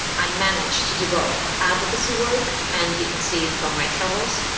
i manage to do both advocacy work, and you can see it from my travels,